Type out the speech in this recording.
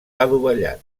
adovellat